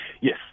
Yes